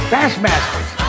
Bassmasters